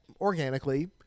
organically